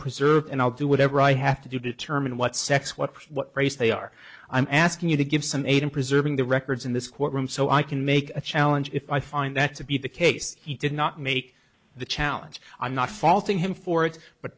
preserved and i'll do whatever i have to do determine what sex what what race they are i'm asking you to give some aid in preserving the records in this courtroom so i can make a challenge if i find that to be the case he did not make the challenge i'm not faulting him for it but